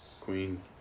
Queen